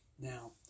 now